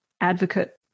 advocate